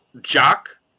Jock